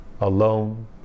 alone